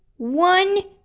one,